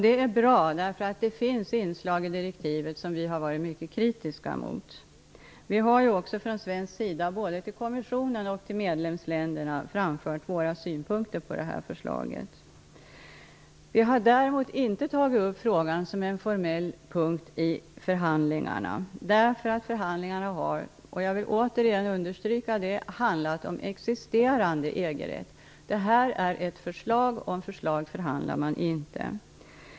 Det är bra, därför att det finns inslag i direktivet som vi har varit mycket kritiska mot. Från svensk sida har vi framfört våra synpunkter på förslaget både till kommissionen och till medlemsländerna. Vi har däremot inte tagit upp frågan som en formell punkt i förhandlingarna. Förhandlingarna har -- det vill jag återigen understryka -- handlat om existerande EG-rätt. Det här är ett förslag, och man förhandlar inte om förslag.